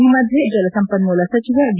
ಈ ಮಧ್ವ ಜಲಸಂಪನ್ನೂಲ ಸಚಿವ ಡಿ